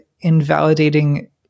invalidating